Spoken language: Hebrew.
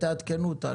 תעדכנו אותנו.